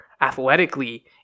athletically